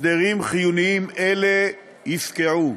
הסדרים חיוניים אלה יפקעו.